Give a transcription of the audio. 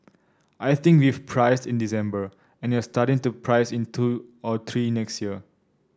I think we've priced in December and you're starting to price in two or three next year